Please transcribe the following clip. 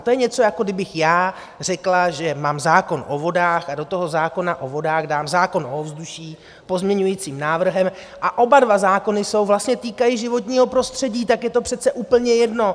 To je něco, jako kdybych já řekla, že mám zákon o vodách a do toho zákona o vodách dám zákon o ovzduší pozměňujícím návrhem, a oba dva zákony se vlastně týkají životního prostředí, tak je to přece úplně jedno!